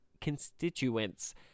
Constituents